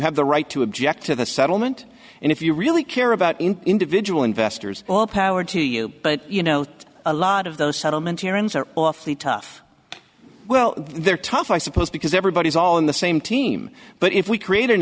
have the right to object to the settlement and if you really care about individual investors all power to you but you know a lot of those settlement hearings are awfully tough well they're tough i suppose because everybody's all in the same team but if we create an